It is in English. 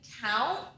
count